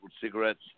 cigarettes